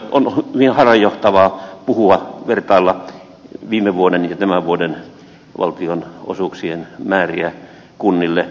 on hyvin harhaanjohtavaa vertailla viime vuoden ja tämän vuoden valtionosuuksien määriä kunnille